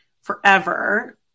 forever